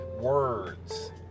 words